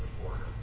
supporter